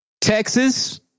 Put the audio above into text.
Texas